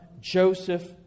Joseph